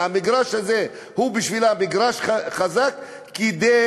והמגרש הזה הוא בשבילה מגרש חזק כדי